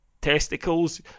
testicles